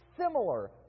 similar